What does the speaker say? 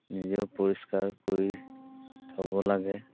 নিজেও পৰিষ্কাৰ কৰি থ'ব লাগে